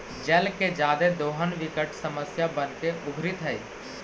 जल के जादे दोहन विकट समस्या बनके उभरित हई